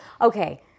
okay